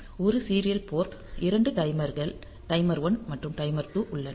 1 serial port 2 டைமர்கள் timer 1 மற்றும் timer 2 உள்ளன